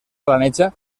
planeja